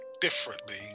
differently